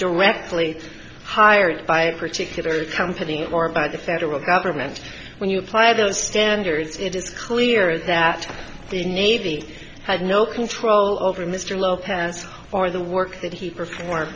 directly hired by a particular company or by the federal government when you apply those standards it is clear that the navy had no control over mr lopez or the work that he perform